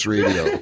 Radio